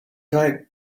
type